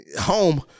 home